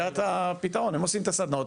הם עושים את הסדנאות,